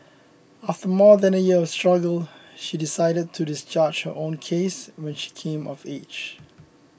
after more than a year of struggle she decided to discharge her own case when she came of age